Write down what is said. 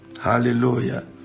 Hallelujah